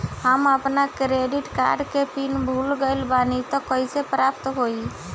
हम आपन credit card के पिन भुला गइल बानी त कइसे प्राप्त होई?